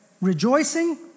rejoicing